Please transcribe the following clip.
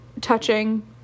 touching